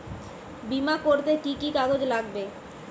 বিমা করতে কি কি কাগজ লাগবে?